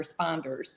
responders